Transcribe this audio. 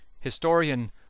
historian